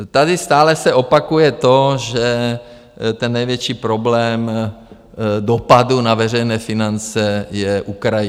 Tady stále se opakuje to, že ten největší problém dopadu na veřejné finance je Ukrajina.